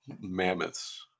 mammoths